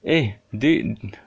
a date